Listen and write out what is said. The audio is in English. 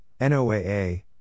NOAA